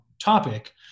topic